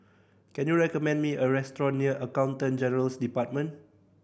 can you recommend me a restaurant near Accountant General's Department